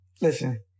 Listen